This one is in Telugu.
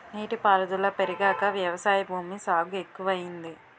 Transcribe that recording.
నీటి పారుదుల పెరిగాక వ్యవసాయ భూమి సాగు ఎక్కువయింది